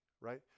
right